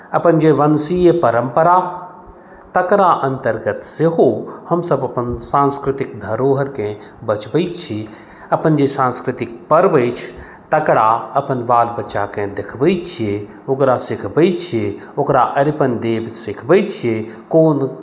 अपन जे वंशीय परम्परा तकरा अन्तर्गत सेहो हमसभ अपन सांस्कृतिक धरोहरिकेँ बचबैत छी अपन जे सांस्कृतिक पर्व अछि तकरा अपन बाल बच्चाकेँ देखबैत छियै ओकरा सिखबैत छियै ओकरा अरिपन देब सिखबैत छियै कोन